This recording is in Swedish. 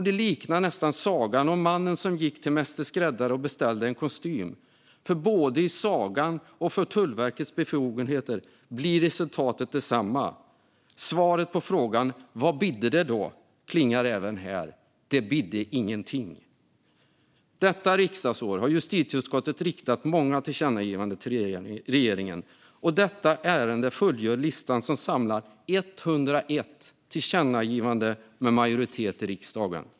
Det liknar sagan om mannen som gick till mäster skräddare och beställde en kostym. I sagan liksom för Tullverkets befogenheter blir resultatet nämligen detsamma. Svaret på frågan "Vad bidde det då?" klingar även här: Det bidde ingenting. Tullverket ges en utökad möjlighet att ingripa mot brott Detta riksdagsår har justitieutskottet riktat många tillkännagivanden till regeringen. Detta ärende fullgör listan som samlar 101 tillkännagivanden med majoritet i riksdag.